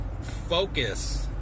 focus